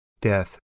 death